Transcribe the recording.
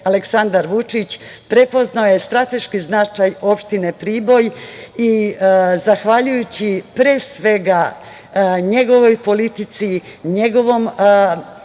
Aleksandar Vučić prepoznao je strateški značaj opštine Priboj i zahvaljujući pre svega njegovoj politici, njegovom